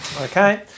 Okay